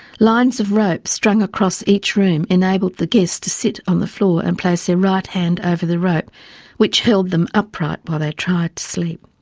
lines of rope strung across each room enabled the guests to sit on the floor and place their right hand over the rope which held them upright while they tried to sleep.